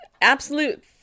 Absolute